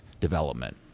development